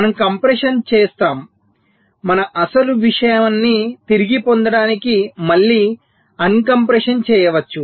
మనం కంప్రెషన్ చేస్తాము మన అసలు విషయన్ని తిరిగి పొందడానికి మళ్ళీ అన్ కంప్రెషన్ చేయవచ్చు